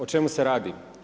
O čemu se radi?